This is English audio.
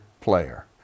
player